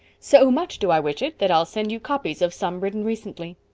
so much do i wish it that i'll send you copies of some written recently.